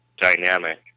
dynamic